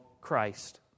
Christ